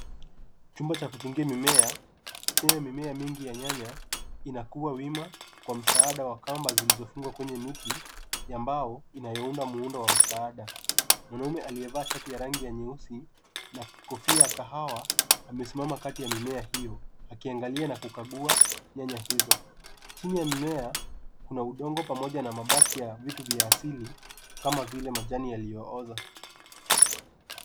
Chumba cha kuchungia mimea, chenye mimea mingi ya nyanya inakua wima kwa msaada wa kamba zilizofungwa kwenye miti, ya mbao, inayounda muundo wa msaada. Mwanamume aliyevaa shati ya rangi ya nyeusi na kofia ya kahawia, amesimama kati ya mimea hiyo, akiangalia na kukagua nyanya hizo. Chini ya mimea, kuna udongo pamoja na mabaki ya vitu vya asili kama vile majani yaliyooza.